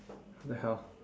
what the hell